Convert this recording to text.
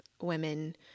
women